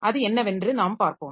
அது என்னவென்று நாம் பார்ப்போம்